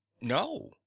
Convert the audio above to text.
no